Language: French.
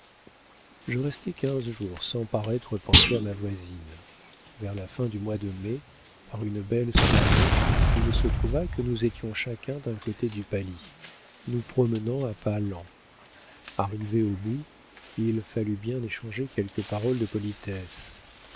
je restai quinze jours sans paraître penser à ma voisine vers la fin du mois de mai par une belle soirée il se trouva que nous étions chacun d'un côté du palis nous promenant à pas lents arrivés au bout il fallut bien échanger quelques paroles de politesse